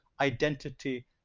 identity